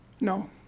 No